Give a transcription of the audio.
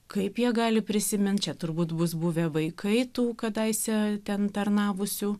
kaip jie gali prisimint čia turbūt bus buvę vaikai tų kadaise ten tarnavusių